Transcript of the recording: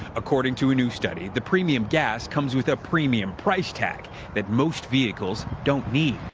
according to a new study, the premium gas comes with a premium price tag that most vehicles don't need.